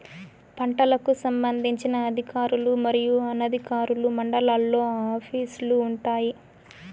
పంటలకు సంబంధించిన అధికారులు మరియు అనధికారులు మండలాల్లో ఆఫీస్ లు వుంటాయి?